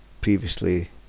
previously